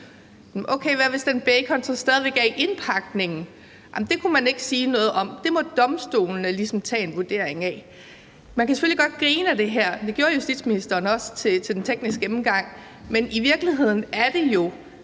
så, hvis den bacon stadig væk er i indpakningen? Det kunne man ikke sige noget om, og det måtte domstolene ligesom tage en vurdering af. Man kan selvfølgelig godt grine af det her, og det gjorde justitsministeren også til den tekniske gennemgang, men i virkeligheden er det jo